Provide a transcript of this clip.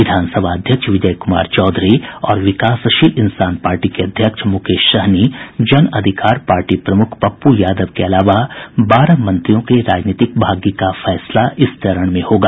विधानसभा अध्यक्ष विजय कुमार चौधरी और विकासशील इंसान पार्टी के अध्यक्ष मुकेश सहनी जन अधिकार पार्टी प्रमुख पप्प् यादव के अलावा बारह मंत्रियों के राजनैतिक भाग्य का फैसला इस चरण में होगा